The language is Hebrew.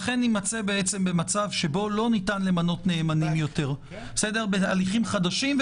לכן נימצא במצב שבו לא ניתן למנות נאמנים יותר בהליכים חדשים.